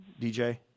DJ